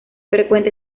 frecuente